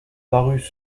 parus